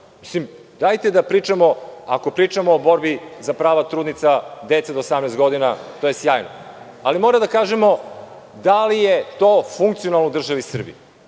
tačno. Dajte da pričamo, ako pričamo o borbi za prava trudnica, dece do 18 godina, to je sjajno, ali moramo da kažemo da li je to funkcionalno u državi Srbiji.